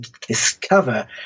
discover